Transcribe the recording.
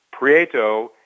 Prieto